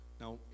Now